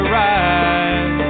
ride